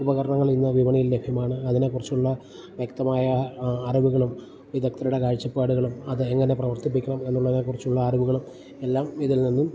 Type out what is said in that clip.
ഉപകരണങ്ങൾ ഇന്ന് വിപണയിൽ ലഭ്യമാണ് അതിനെ കുറിച്ചുള്ള വ്യക്തമായ അറിവുകളും വിദഗ്ധരുടെ കാഴ്ചപ്പാടുകളും അത് എങ്ങനെ പ്രവർത്തിപ്പിക്കണം എന്നുള്ളതിനെ കുറിച്ചുള്ള അറിവുകളും എല്ലാം ഇതിൽ നിന്നും